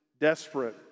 desperate